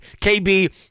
KB